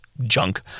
junk